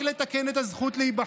למה לתקן רק את הזכות להיבחר?